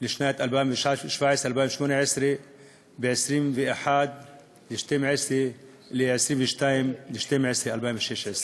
לשנים 2017 2018 ב-21 22 בדצמבר 2016,